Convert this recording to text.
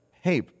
Hey